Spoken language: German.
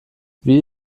wie